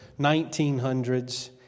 1900s